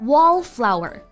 Wallflower 。